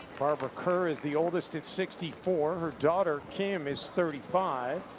barbara kerr is the oldest at sixty four. her daughter, kim, is thirty five.